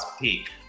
peak